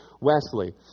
Wesley